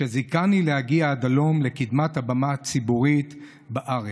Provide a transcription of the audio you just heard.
שזיכני להגיע עד הלום לקדמת הבמה הציבורית בארץ,